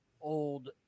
old